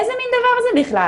איזה מן דבר זה בכלל?